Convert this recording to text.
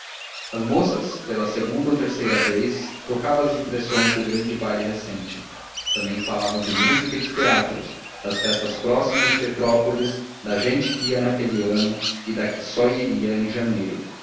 as moças pela segunda ou terceira vez trocavam as impressões do grande baile recente também falavam de músicas e teatros das festas próximas de petrópolis da gente que ia naquele ano e da que só iria em janeiro